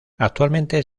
actualmente